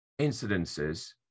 incidences